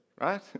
right